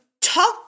talk